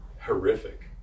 Horrific